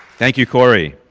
thank you corey.